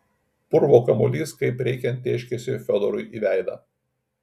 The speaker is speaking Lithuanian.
purvo kamuolys kaip reikiant tėškėsi fiodorui į veidą